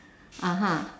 (uh huh)